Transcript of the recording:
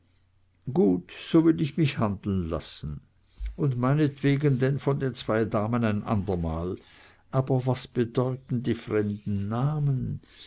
gut so will ich mich handeln lassen und meinetwegen denn von den zwei damen ein andermal aber was bedeuten die fremden namen